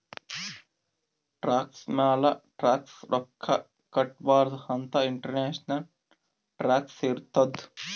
tax ಮ್ಯಾಲ tax ರೊಕ್ಕಾ ಕಟ್ಟಬಾರ್ದ ಅಂತ್ ಇಂಟರ್ನ್ಯಾಷನಲ್ ಟ್ಯಾಕ್ಸ್ ಇರ್ತುದ್